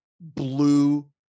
blue